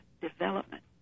development